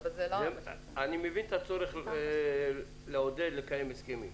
אני מבין את הצורך לעודד לקיים הסכמים,